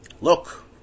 Look